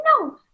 no